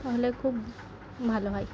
তাহলে খুব ভালো হয়